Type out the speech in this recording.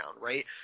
right